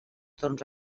torns